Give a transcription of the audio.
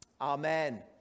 Amen